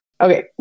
Okay